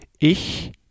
Ich